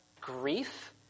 grief